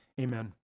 amen